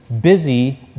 busy